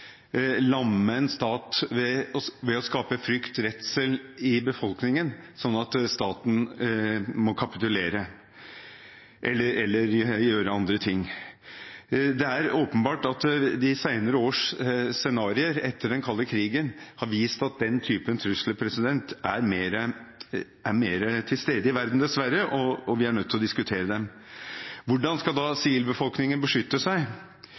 lamme en stat ved å skape frykt og redsel i befolkningen, sånn at staten må kapitulere eller gjøre andre ting. Det er åpenbart at de senere års scenarioer etter den kalde krigen har vist at den typen trusler er mer til stede i verden, dessverre, og vi er nødt til å diskutere dem. Hvordan skal da sivilbefolkningen beskytte seg?